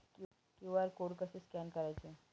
QR code कसे scan करायचे?